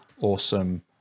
awesome